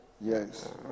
Yes